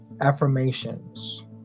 affirmations